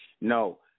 No